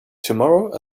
tomorrow